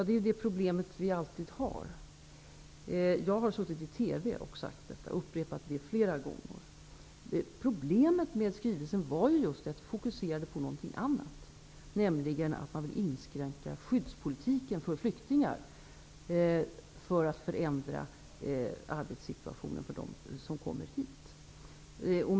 Det är ju det problemet vi alltid har. Jag har suttit i TV och upprepat det flera gånger. Problemet med skrivelsen var just det att den fokuserade på någonting annat, nämligen att man ville inskränka skyddspolitiken för flyktingar för att förändra arbetssituationen för dem som kommer hit.